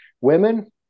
Women